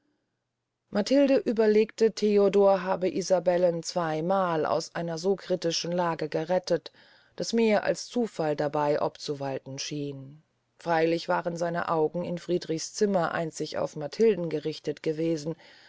matilde überlegte theodor habe isabellen zweymal aus einer so kritischen lage gerettet daß mehr als zufall dabey obzuwalten scheine freilich waren seine augen in friedrichs zimmer einzig auf matilden gerichtet gewesen